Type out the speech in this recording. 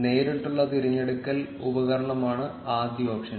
നേരിട്ടുള്ള തിരഞ്ഞെടുക്കൽ ഉപകരണമാണ് ആദ്യ ഓപ്ഷൻ